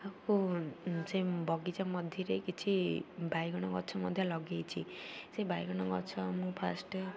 ଆଉକୁ ସେ ବଗିଚା ମଝିରେ କିଛି ବାଇଗଣ ଗଛ ମଧ୍ୟ ଲଗେଇଛି ସେ ବାଇଗଣ ଗଛ ମୁଁ ଫାଷ୍ଟ୍